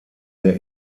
der